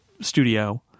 studio